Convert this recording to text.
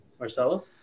Marcelo